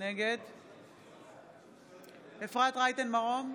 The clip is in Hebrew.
נגד אפרת רייטן מרום,